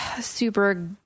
super